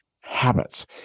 habits